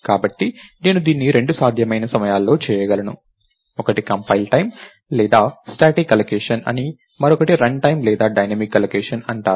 కాబట్టి నేను దీన్ని రెండు సాధ్యమైన సమయాల్లో చేయగలను ఒకటి కంపైల్ టైమ్ లేదా స్టాటిక్ అలోకేషన్ అని మరొకటి రన్ టైమ్ లేదా డైనమిక్ అలోకేషన్ అంటారు